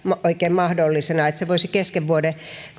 oikein mahdollisena että se voisi kesken vuoden